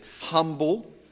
humble